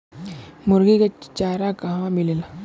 मुर्गी के चारा कहवा मिलेला?